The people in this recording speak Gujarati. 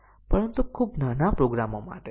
અને ત્રીજું ફક્ત 3 અને 4 અથવા 4 અને 3 છે